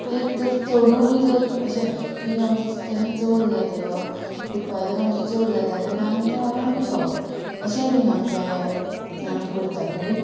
एक तर चडूय बी जर अशें पीक आमचें जेन्ना चड जाली ऑ उत्पादन आमचें चड जाता तेन्ना आमी तें व्होरोन विकप अशेंय बीन आमचे आमी करतात मागीर